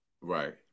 Right